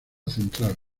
central